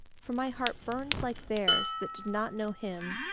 for my heart burns like theirs that did not know him,